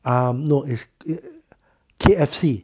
um nope it's it's K_F_C